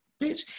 bitch